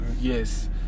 Yes